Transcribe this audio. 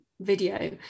video